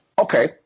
Okay